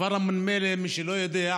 הכפר אום נמילה, מי שלא יודע,